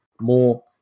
more